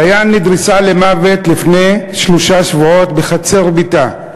ליאן נדרסה למוות לפני שלושה שבועות בחצר ביתה.